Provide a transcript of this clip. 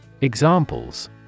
Examples